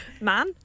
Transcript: Man